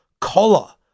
collar